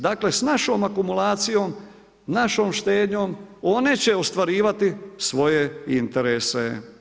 Dakle s našom akumulacijom, našom štednjom, one će ostvarivati svoje interese.